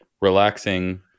relaxing